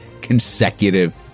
consecutive